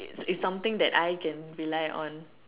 it's it's something that I can rely on